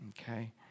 okay